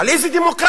על איזה דמוקרטיה